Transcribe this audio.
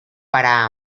para